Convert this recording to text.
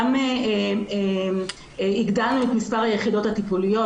גם הגדלנו את מספר היחידות הטיפוליות,